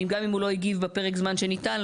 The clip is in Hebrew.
גם אם הוא לא הגיב בפרק הזמן שניתן לו,